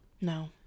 No